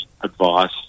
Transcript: advice